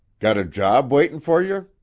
got a job waitin' for yer?